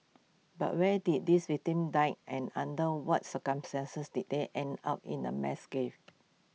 but when did these victims die and under what circumstances did they end up in A mass gave